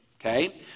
Okay